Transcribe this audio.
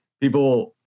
people